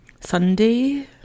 Sunday